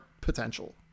potential